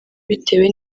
bitewe